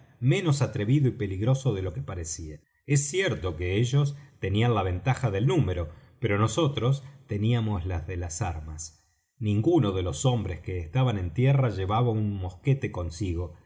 menos atrevido y peligroso de lo que parecía es cierto que ellos tenían la ventaja del número pero nosotros teníamos la de las armas ninguno de los hombres que estaban en tierra llevaba un mosquete consigo